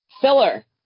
Filler